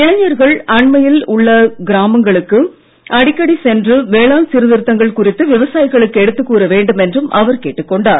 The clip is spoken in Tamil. இளைஞர்கள் அண்டையில் உள்ள கிராமங்களுக்கு அடிக்கடி சென்று வேளாண் சீர்திருத்தங்கள் குறித்து விவசாயிகளுக்கு எடுத்து கூற வேண்டும் என்றும் அவர் கேட்டுக் கொண்டார்